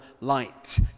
light